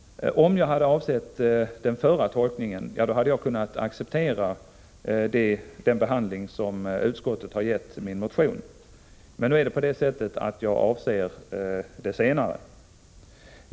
Om jag hade avsett den förra tolkningen, hade jag kunnat acceptera den behandling som utskottet har givit min motion, men nu är det på det sättet att jag avser det senare.